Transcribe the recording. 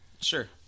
Sure